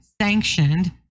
sanctioned